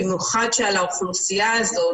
במיוחד של האוכלוסייה הזאת